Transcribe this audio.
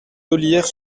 ollières